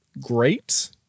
great